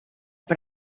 per